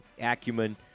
acumen